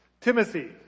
Timothy